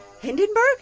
Hindenburg